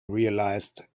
realized